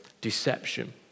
deception